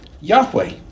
Yahweh